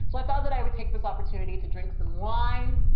so i thought that i would take this opportunity to drink some wine